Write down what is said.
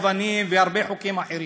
אבנים, והרבה חוקים אחרים.